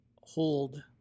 hold